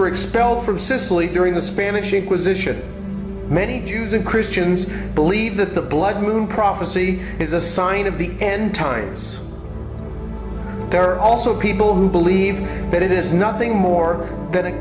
were expelled from sicily during the spanish inquisition many jews and christians believe that the blood moon prophecy is a sign of the end times there are also people who believe that it is nothing more than a